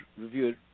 review